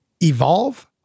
evolve